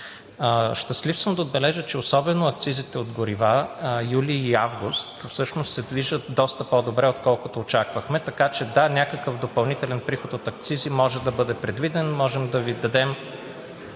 Щастлив съм да отбележа, че особено акцизите от горива през юли и август се движат доста по-добре, отколкото очаквахме, така че, да, някакъв допълнителен приход от акцизи може да бъде предвиден. Можем да Ви дадем